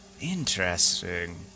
interesting